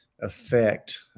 affect